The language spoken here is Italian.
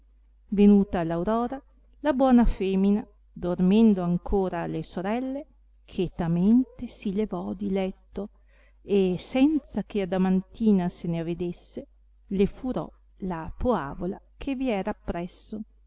venuta l aurora la buona femina dormendo ancora le sorelle chetamente si levò di letto e senza che adamantina se ne avedesse le furò la poavola che vi era appresso